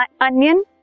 onion